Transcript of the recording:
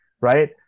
right